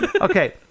Okay